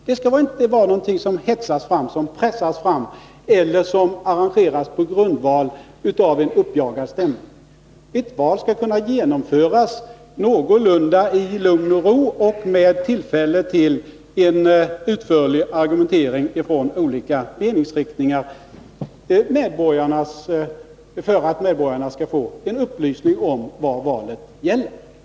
Det skall inte vara något som hetsas fram, som pressas fram eller som arrangeras på grundval av en uppjagad stämning. Ett val skall kunna genomföras i någorlunda lugn och ro och ge tillfälle till en utförlig argumentering från olika meningsriktningar för att medborgarna skall få saklig upplysning om vad valet gäller.